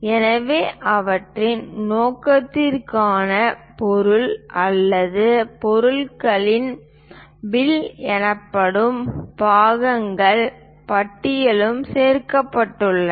எனவே அவற்றின் நோக்கத்திற்காக பொருள் அல்லது பொருட்களின் பில் எனப்படும் பாகங்கள் பட்டியலும் சேர்க்கப்பட்டுள்ளது